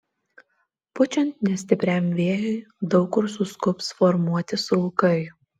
pučiant nestipriam vėjui daug kur suskubs formuotis rūkai